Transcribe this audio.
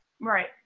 Right